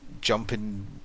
jumping